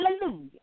Hallelujah